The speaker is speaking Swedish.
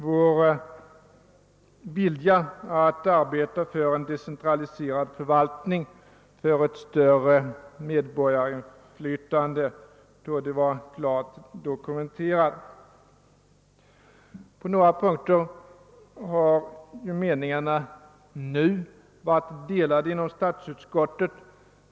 Vår vilja att arbeta för en decentraliserad förvaltning, för ett större medborgarinflytande, torde vara klart dokumenterad. På några punkter har meningarna nu varit delade inom statsutskottet.